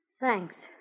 Thanks